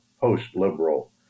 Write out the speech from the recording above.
post-liberal